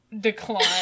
decline